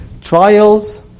trials